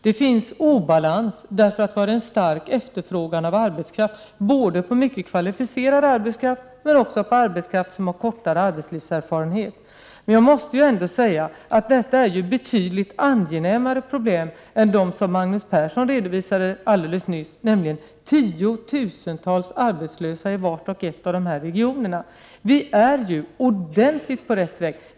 Det finns obalanser på grund av en stark efterfrågan på arbetskraft, både på mycket kvalificerad arbetskraft och på arbetskraft med kortare arbetslivserfarenhet. Men detta är betydligt mer angenäma problem än de problem som Magnus Persson redovisade nyss, nämligen tiotusentals arbetslösa i var och en av dessa regioner. Vi är ju verkligen på rätt väg.